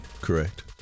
correct